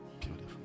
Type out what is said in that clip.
Beautiful